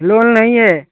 loan नहीं है